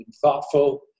thoughtful